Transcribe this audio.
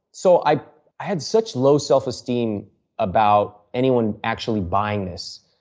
so, i had such low self-esteem about anyone actually buying this,